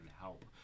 help